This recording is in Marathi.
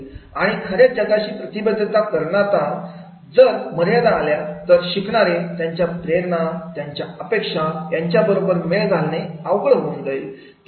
आणि खऱ्या जगाशी प्रतिबद्धता करताना जर मर्यादा आल्या तर शिकणारे त्यांच्या प्रेरणा त्यांच्या अपेक्षा यांच्याबरोबर मेळ घालने अवघड होऊन जाईल